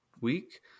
week